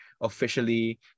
Officially